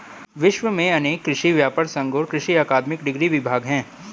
विश्व में अनेक कृषि व्यापर संघ और कृषि अकादमिक डिग्री विभाग है